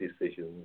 decisions